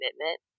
commitment